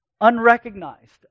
unrecognized